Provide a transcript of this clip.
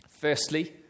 Firstly